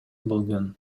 болгон